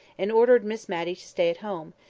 and ordered miss matty to stay at home,